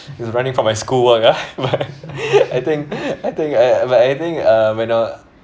it was running from my schoolwork ah but I think I think uh but I think uh when uh